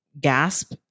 gasp